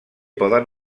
poden